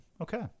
okay